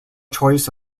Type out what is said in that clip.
choice